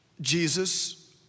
Jesus